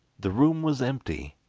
the room was empty,